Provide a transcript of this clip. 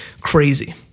crazy